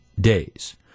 days